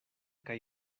kaj